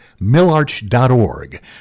millarch.org